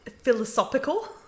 philosophical